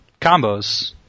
combos